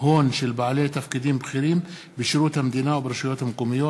הון של בעלי תפקידים בכירים בשירות המדינה וברשויות המקומיות,